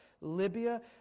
Libya